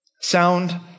Sound